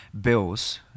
bills